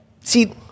see